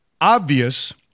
obvious